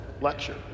lecture